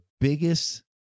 biggest